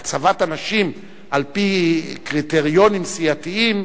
להצבת אנשים על-פי קריטריונים סיעתיים,